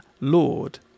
Lord